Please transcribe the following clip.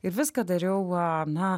ir viską dariau va na